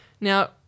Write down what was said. Now